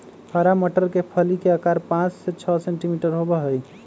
हरा मटर के फली के आकार पाँच से छे सेंटीमीटर होबा हई